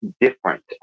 different